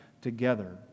together